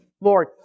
Lord